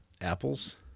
Apples